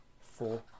Four